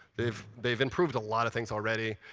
they've they've improved a lot of things already.